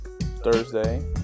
Thursday